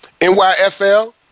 NYFL